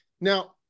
Now